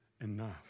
enough